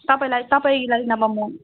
तपाईँलाई तपाईँलाई नभए म